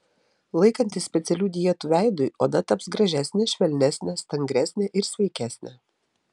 laikantis specialių dietų veidui oda taps gražesnė švelnesnė stangresnė ir sveikesnė